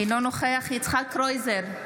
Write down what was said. אינו נוכח יצחק קרויזר,